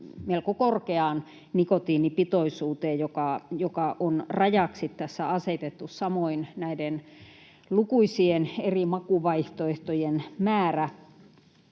melko korkeaan nikotiinipitoisuuteen, joka on rajaksi tässä asetettu, samoin näiden lukuisien eri makuvaihtoehtojen määrään.